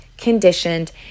conditioned